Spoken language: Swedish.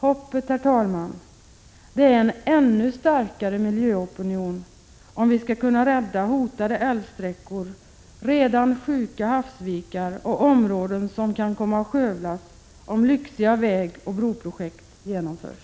Hoppet, herr talman, är en ännu starkare miljöopinion, om vi skall kunna rädda hotade älvsträckor, redan sjuka havsvikar och områden som kan komma att skövlas, om lyxiga vägoch broprojekt genomförs.